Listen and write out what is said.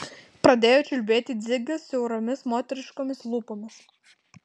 pradėjo čiulbėti dzigas siauromis moteriškomis lūpomis